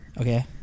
Okay